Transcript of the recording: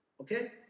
Okay